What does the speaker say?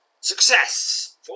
Success